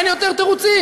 אין יותר תירוצים.